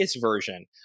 version